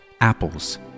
apples